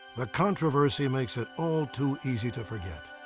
the controversy makes it all too easy to forget.